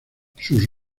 sus